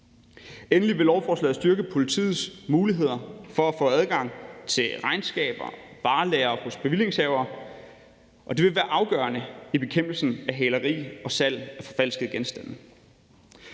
Endelig vil lovforslaget styrke politiets muligheder for at få adgang til regnskaber og varelagre hos bevillingshaverne, og det vil være afgørende i bekæmpelsen af hæleri og salg af forfalskede genstande.